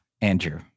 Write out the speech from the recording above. Andrew